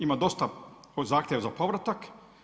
Ima dosta zahtjeva za povratak.